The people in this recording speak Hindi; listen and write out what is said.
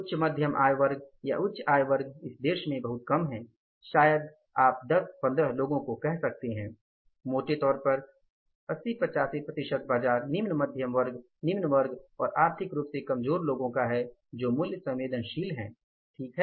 उच्च मध्यम आय वर्ग या उच्च आय वर्ग इस देश में बहुत कम हैं शायद आप 1015 लोगों को कह सकते हैं मोटे तौर पर 80 85 प्रतिशत बाजार निम्न मध्यम वर्ग निम्न वर्ग और आर्थिक रूप से कमजोर लोगों का हैं जो मूल्य संवेदनशील हैं ठीक है